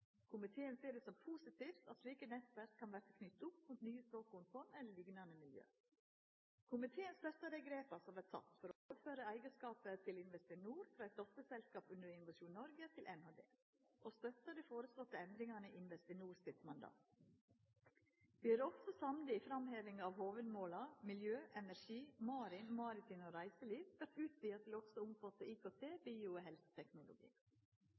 Komiteen ser det som positivt at slike nettverk kan verta knytte opp mot nye såkornfond eller liknande miljø. Komiteen støttar dei grepa som vert tekne med å overføra eigarskapen til Investinor frå eit dotterselskap under Innovasjon Norge til NHD, og støttar den foreslåtte endringa i Investinor sitt mandat. Vi er også samde i framhevinga av at hovudområda, miljø, energi, marin, maritim og reiseliv, vert utvida til også å omfatta IKT, bio- og helseteknologi.